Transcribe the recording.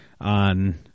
on